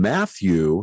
Matthew